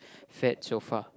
fared so far